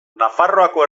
nafarroako